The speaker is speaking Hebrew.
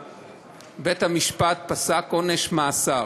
בית-המשפט פסק עונש מאסר